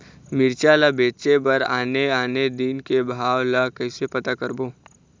मिरचा ला बेचे बर आने आने दिन के भाव ला कइसे पता करबो?